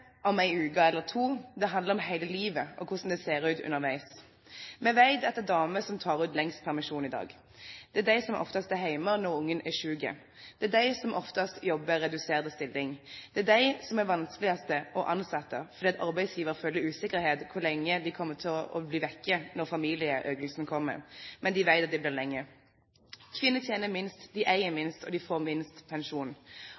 om en uke eller to, det handler om hele livet og hvordan det ser ut underveis. Vi vet at det er damer som tar ut lengst permisjon i dag. Det er de som oftest er hjemme når barnet er sykt. Det er de som oftest jobber i redusert stilling. Det er de som er vanskeligst å ansette, fordi arbeidsgiver føler usikkerhet om hvor lenge de kommer til å bli borte når familieforøkelsen kommer, men de vet at det blir lenge. Kvinner tjener minst, de eier